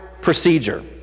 procedure